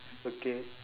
okay